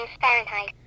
Fahrenheit